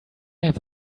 have